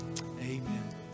Amen